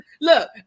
look